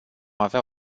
avea